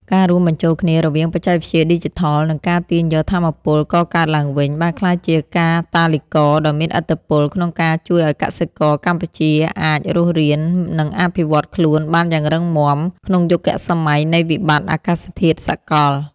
ការរួមបញ្ចូលគ្នារវាងបច្ចេកវិទ្យាឌីជីថល និងការទាញយកថាមពលកកើតឡើងវិញ បានក្លាយជាកាតាលីករដ៏មានឥទ្ធិពលក្នុងការជួយឱ្យកសិករកម្ពុជាអាចរស់រាន និងអភិវឌ្ឍខ្លួនបានយ៉ាងរឹងមាំក្នុងយុគសម័យនៃវិបត្តិអាកាសធាតុសកល។